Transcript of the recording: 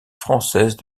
françaises